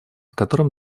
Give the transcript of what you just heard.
которым